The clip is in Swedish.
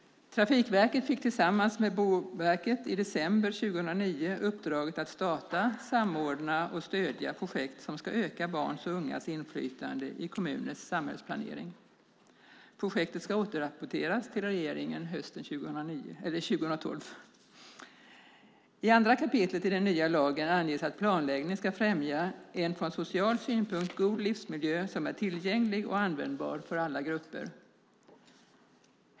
Trafikverket fick tillsammans med Boverket i december 2009 uppdraget att starta, samordna och stödja projekt som ska öka barns och ungas inflytande i kommuners samhällsplanering. Projektet ska återrapporteras till regeringen hösten 2012. I andra kapitlet i den nya lagen anges att planläggningen ska främja en från social synpunkt god livsmiljö som är tillgänglig och användbar för alla grupper.